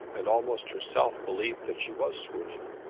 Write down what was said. and almost herself believed that she was swooning.